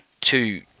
two